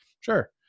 Sure